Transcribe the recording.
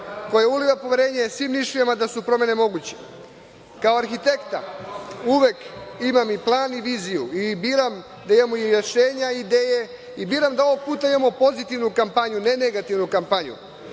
koja uliva poverenje svim Nišlijama da su promene moguće. Kao arhitekta, uvek imam i plan i viziju i biram da imamo i rešenja i ideje. Biram da ovoga puta imamo pozitivnu kampanju, ne negativnu kampanju.